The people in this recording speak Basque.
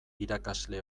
irakasle